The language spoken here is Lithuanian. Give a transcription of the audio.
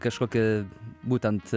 kažkokį būtent